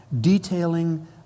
detailing